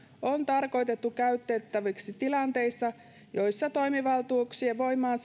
on tarkoitettu käytettäväksi tilanteissa joissa toimivaltuuksien